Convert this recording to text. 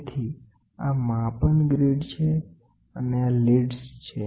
તેથી આ માપન ગ્રીડ છે અને આ લીડ્સ છે